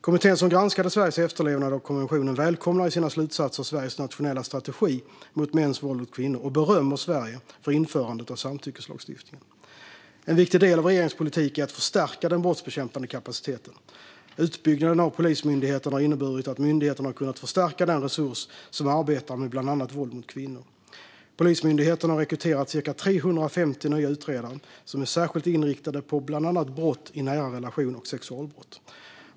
Kommittén som granskade Sveriges efterlevnad av konventionen välkomnar i sina slutsatser Sveriges nationella strategi mot mäns våld mot kvinnor och berömmer Sverige för införandet av samtyckeslagstiftningen. En viktig del av regeringens politik är att förstärka den brottsbekämpande kapaciteten. Utbyggnaden av Polismyndigheten har inneburit att myndigheten har kunnat förstärka den resurs som arbetar med bland annat våld mot kvinnor. Polismyndigheten har rekryterat cirka 350 nya utredare som är särskilt inriktade på bland annat brott i nära relation och sexualbrott.